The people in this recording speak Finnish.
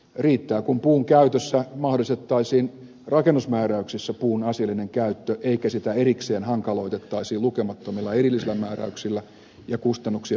riittää kun mahdollistettaisiin rakennusmääräyksissä puun asiallinen käyttö eikä sitä erikseen hankaloitettaisi lukemattomilla erillisillä määräyksillä ja kustannuksia lisäävillä tekijöillä